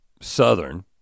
Southern